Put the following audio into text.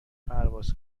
پرواز